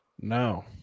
no